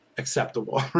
acceptable